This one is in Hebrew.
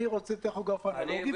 אני רוצה טכוגרף אנלוגי.